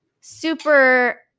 super